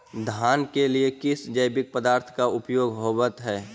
धान के लिए किस जैविक पदार्थ का उपयोग होवत है?